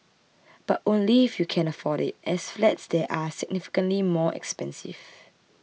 but only if you can afford it as flats there are significantly more expensive